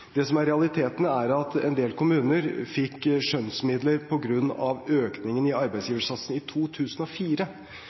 Det som er realiteten, er at en del kommuner fikk skjønnsmidler på grunn av økningen i arbeidsgiversatsen i 2004.